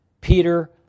Peter